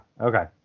Okay